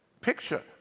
picture